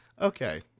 Okay